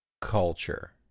culture